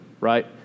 right